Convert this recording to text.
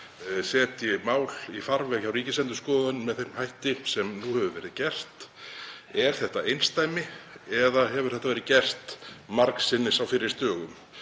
setji mál í farveg hjá Ríkisendurskoðun með þeim hætti sem nú hefur verið gert. Er þetta einsdæmi eða hefur þetta verið gert margsinnis á fyrri stigum?